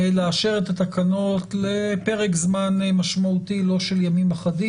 לאשר את התקנות לפרק זמן משמעותי לא של ימים אחדים,